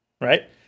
Right